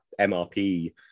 MRP